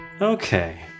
Okay